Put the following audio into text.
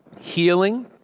healing